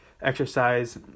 exercise